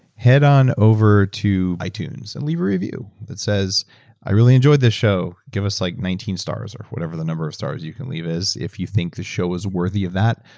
head on over to itunes and leave a review that says i really enjoyed this show, give us like nineteen stars or whatever the number of stars you can leave us. if you think this show is worthy of that,